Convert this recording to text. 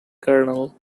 kernel